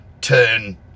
turn